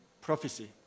prophecy